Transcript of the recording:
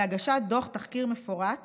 להגשת דוח תחקיר מפורט